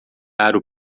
aro